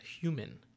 human